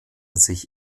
sich